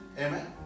amen